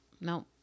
no